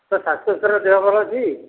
ତୋ ଶାଶୁ ଶ୍ଵଶୁର ଦେହ ଭଲ ଅଛି